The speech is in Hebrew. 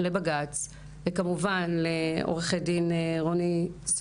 לבג"ץ וכמובן לעורכת הדין רוני אלוני